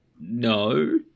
no